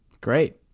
Great